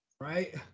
Right